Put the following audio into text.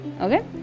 Okay